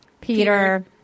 Peter